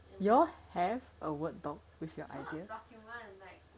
yours a word doc